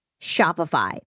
Shopify